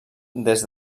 des